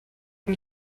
une